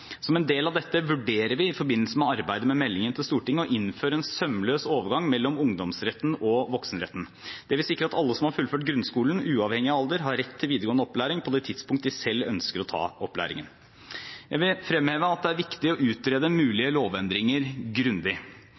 Som en del av dette vurderer vi i forbindelse med arbeidet med meldingen til Stortinget å innføre en sømløs overgang mellom ungdomsretten og voksenretten. Det vil sikre at alle som har fullført grunnskolen, uavhengig av alder, har rett til videregående opplæring på det tidspunkt de selv ønsker å ta opplæringen. Jeg vil fremheve at det er viktig å utrede mulige lovendringer grundig.